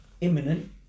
imminent